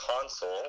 console